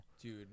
Dude